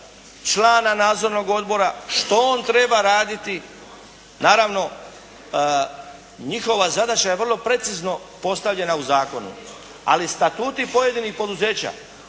člana nadzornog odbora što on treba raditi. Naravno njihova zadaća je vrlo precizno postavljena u zakonu, ali statuti pojedinih poduzeća